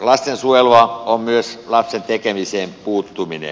lastensuojelua on myös lapsen tekemiseen puuttuminen